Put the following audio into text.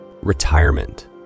retirement